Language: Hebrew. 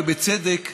ובצדק,